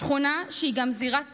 שכונה שהיא גם זירת טבח,